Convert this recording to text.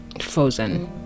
frozen